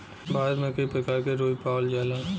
भारत में कई परकार क रुई पावल जाला